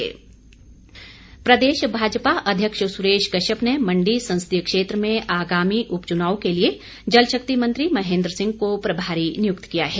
भाजपा प्रदेश भाजपा अध्यक्ष सुरेश कश्यप ने मंडी संसदीय क्षेत्र में आगामी उपचुनाव के लिए जल शक्ति मंत्री महेन्द्र सिंह को प्रभारी नियुक्त किया है